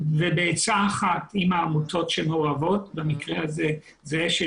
ובעצה אחת עם העמותות שמעורבות במקרה הזה זה אש"ל